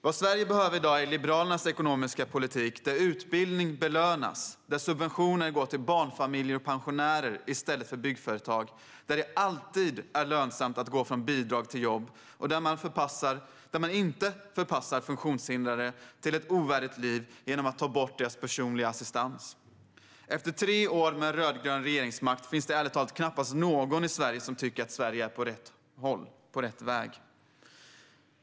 Vad Sverige behöver i dag är Liberalernas ekonomiska politik där utbildning belönas, där subventioner går till barnfamiljer och pensionärer i stället för till byggföretag, där det alltid är lönsamt att gå från bidrag till jobb och där man inte förpassar funktionshindrade till ett ovärdigt liv genom att ta bort deras personliga assistans. Efter tre år med en rödgrön regering finns det ärligt talat knappast någon i Sverige som tycker att Sverige är på rätt väg.